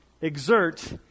exert